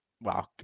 Wow